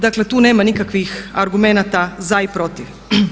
Dakle, tu nema nikakvih argumenata za i protiv.